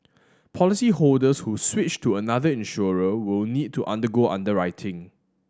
policyholders who switch to another insurer will need to undergo underwriting